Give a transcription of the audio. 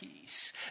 Peace